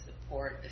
support